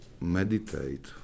meditate